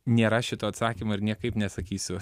nėra šito atsakymo ir niekaip nesakysiu